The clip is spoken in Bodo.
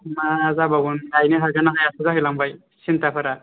मा जाबावगोन हायो ना हायासो जालायलांबाय सिन्थाफोरा